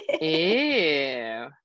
Ew